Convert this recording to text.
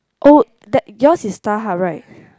oh that yours is Starhub right